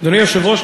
אדוני היושב-ראש,